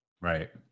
Right